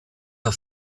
der